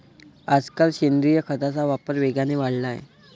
आजकाल सेंद्रिय खताचा वापर वेगाने वाढला आहे